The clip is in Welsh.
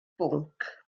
bwnc